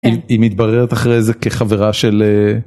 אם היא מתבררת אחרי זה כחברה של...